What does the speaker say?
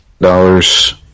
dollars